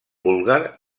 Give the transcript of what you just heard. búlgar